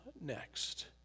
next